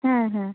হ্যাঁ হ্যাঁ